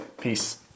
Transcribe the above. Peace